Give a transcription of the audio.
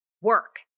work